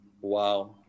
Wow